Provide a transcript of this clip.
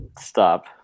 Stop